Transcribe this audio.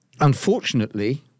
Unfortunately